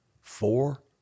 Four